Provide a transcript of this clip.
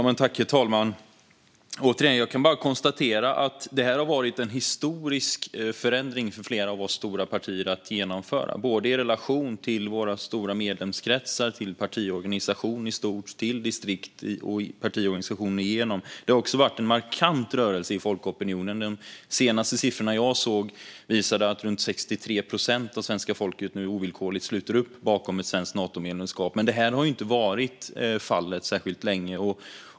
Herr talman! Jag kan bara återigen konstatera att detta har varit en historisk förändring för flera av oss stora partier att genomföra i relation till våra stora medlemskretsar, till distrikten och till partiorganisationen i stort. Det har också varit en markant rörelse i folkopinionen. De senaste siffrorna jag såg visade att runt 63 procent av svenska folket nu ovillkorligt sluter upp bakom ett svenskt Natomedlemskap. Detta har dock inte varit fallet särskilt länge.